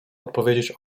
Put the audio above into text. odpowiedzieć